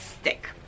stick